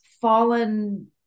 fallen